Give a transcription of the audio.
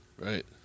Right